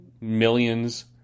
millions